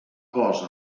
cos